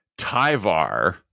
Tyvar